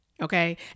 Okay